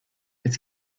its